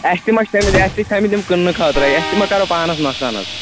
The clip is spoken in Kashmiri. اَسہِ تہِ مہ چھِ تھٲے مٕتۍ اَسہِ چھِ تھٲے مٕتۍ یِم کٕنٛنہٕ خٲطرَے اَسہِ تہِ مہ کَرو پانَس نۄقصان حظ